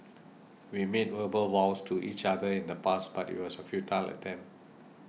we made verbal vows to each other in the past but it was a futile attempt